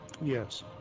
Yes